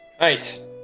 Nice